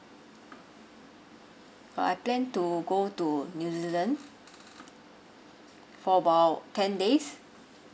uh I plan to go to new zealand for about ten days